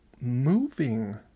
moving